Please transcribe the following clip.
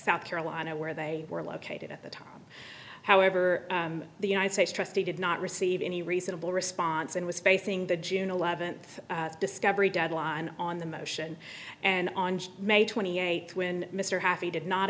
south carolina where they were located at the time however the united states trustee did not receive any reasonable response and was facing the june eleventh discovery deadline on the motion and on may twenty eighth when mr happy did not